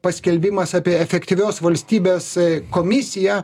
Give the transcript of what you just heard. paskelbimas apie efektyvios valstybės komisiją